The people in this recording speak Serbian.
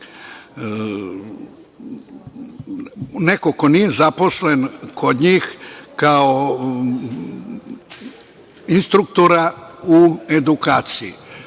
neko ko nije zaposlen kod njih kao instruktora u edukaciji.